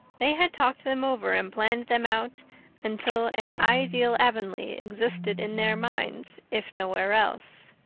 they had talked them over and planned them out until an ideal avonlea existed in their minds, if nowhere else.